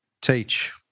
teach